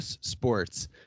sports